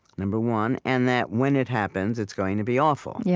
number one, and that when it happens, it's going to be awful. yeah